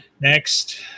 next